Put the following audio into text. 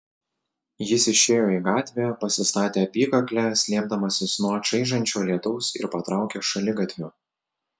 jis išėjo į gatvę pasistatė apykaklę slėpdamasis nuo čaižančio lietaus ir patraukė šaligatviu